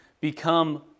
become